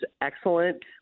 excellent